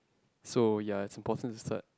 so ya it's important cert